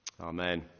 Amen